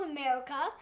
America